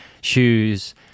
shoes